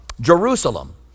Jerusalem